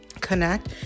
connect